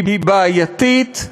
היא בעייתית,